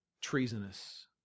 treasonous